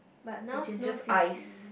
but now Snow City